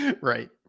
Right